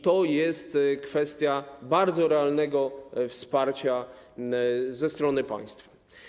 To jest kwestia bardzo realnego wsparcia ze strony państwa.